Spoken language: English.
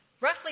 Roughly